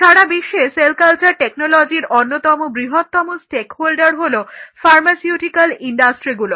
সারা বিশ্বে cell culture টেকনোলজির অন্যতম বৃহত্তম স্টেকহোল্ডার হলো ফার্মাসিউটিক্যাল ইন্ডাস্ট্রিগুলো